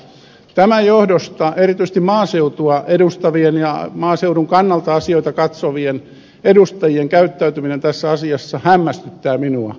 tämän johdosta erityisesti maaseutua edustavien ja maaseudun kannalta asioita katsovien edustajien käyttäytyminen tässä asiassa hämmästyttää minua